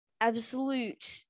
absolute